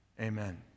Amen